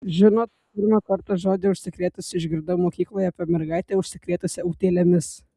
žinot pirmą kartą žodį užsikrėtusi išgirdau mokykloje apie mergaitę užsikrėtusią utėlėmis